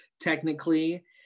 technically